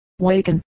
waken